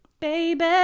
Baby